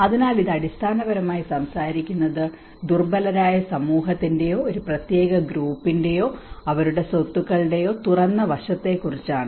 അതിനാൽ ഇത് അടിസ്ഥാനപരമായി സംസാരിക്കുന്നത് ദുർബലരായ സമൂഹത്തിന്റെയോ ഒരു പ്രത്യേക ഗ്രൂപ്പിന്റെയോ അവരുടെ സ്വത്തുക്കളുടെയോ തുറന്ന വശത്തെക്കുറിച്ചാണ്